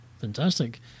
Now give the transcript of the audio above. Fantastic